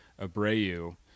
Abreu